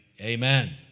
amen